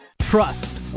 Trust